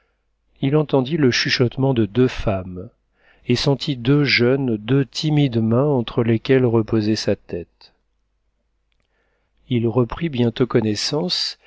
il entendit le chuchotement de deux femmes et sentit deux jeunes deux timides mains entre lesquelles reposait sa tête il reprit bientôt connaissance